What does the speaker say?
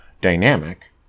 dynamic